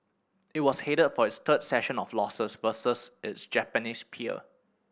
it was headed for its third session of losses versus its Japanese peer